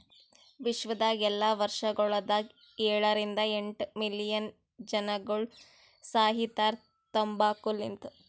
ವಿಶ್ವದಾಗ್ ಎಲ್ಲಾ ವರ್ಷಗೊಳದಾಗ ಏಳ ರಿಂದ ಎಂಟ್ ಮಿಲಿಯನ್ ಜನಗೊಳ್ ಸಾಯಿತಾರ್ ತಂಬಾಕು ಲಿಂತ್